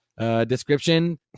description